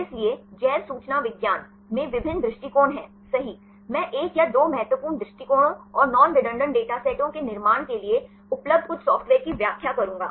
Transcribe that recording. इसलिए जैव सूचना विज्ञान में विभिन्न दृष्टिकोण हैं सही मैं एक या दो महत्वपूर्ण दृष्टिकोणों और नॉन रेडंडान्त डेटा सेटों के निर्माण के लिए उपलब्ध कुछ सॉफ्टवेयर की व्याख्या करूंगा